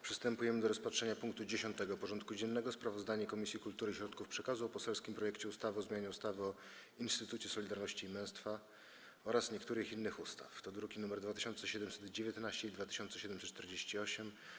Przystępujemy do rozpatrzenia punktu 10. porządku dziennego: Sprawozdanie Komisji Kultury i Środków Przekazu o poselskim projekcie ustawy o zmianie ustawy o Instytucie Solidarności i Męstwa oraz niektórych innych ustaw (druki nr 2719 i 2748)